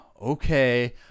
okay